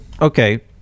okay